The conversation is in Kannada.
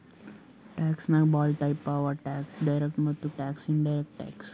ಟ್ಯಾಕ್ಸ್ ನಾಗ್ ಭಾಳ ಟೈಪ್ ಅವಾ ಟ್ಯಾಕ್ಸ್ ಡೈರೆಕ್ಟ್ ಮತ್ತ ಇನಡೈರೆಕ್ಟ್ ಟ್ಯಾಕ್ಸ್